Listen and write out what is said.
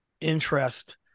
interest